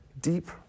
deep